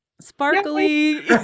sparkly